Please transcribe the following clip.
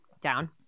down